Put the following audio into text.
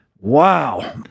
Wow